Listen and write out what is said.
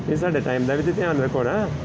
ਤੁਸੀਂ ਸਾਡੇ ਟਾਈਮ ਦਾ ਵੀ ਤਾਂ ਧਿਆਨ ਰੱਖੋ ਨਾ